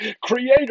creator